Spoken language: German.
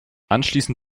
anschließend